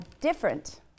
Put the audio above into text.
different